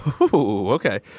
Okay